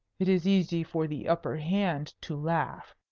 it is easy for the upper hand to laugh.